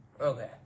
Okay